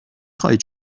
خواهید